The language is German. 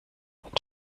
mit